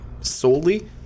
solely